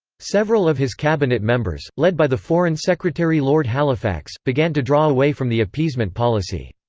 several of his cabinet members, led by the foreign secretary lord halifax, began to draw away from the appeasement policy.